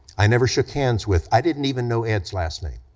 i never shook hands with, i didn't even know ed's last name.